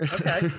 Okay